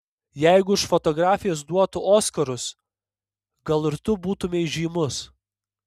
jeigu už fotografijas duotų oskarus gal ir tu būtumei žymus